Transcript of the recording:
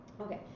Okay